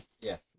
Yes